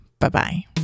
Bye-bye